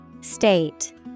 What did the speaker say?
State